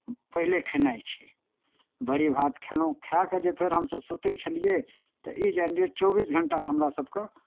पहले खेनाइ छै बड़ी भात खयलहुँ खाए कऽ जे फेर हमसभ सूतैत छलियै तऽ ई जानि लिअ चौबीस घण्टा हमरा सभकेँ